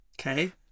okay